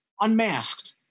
unmasked